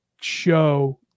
show